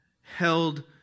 held